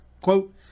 Quote